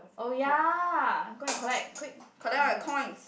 oh ya go and collect quick collect all your coins